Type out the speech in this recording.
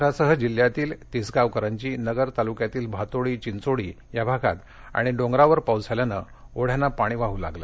शहरासह जिल्ह्यातील तिसगाव करंजी नगर तालुक्यातील भातोडी चिचोंडी या भागात आणि डोंगरावर पाऊस झाल्याने ओढ्यांना पाणी वाहू लागले